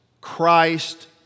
Christ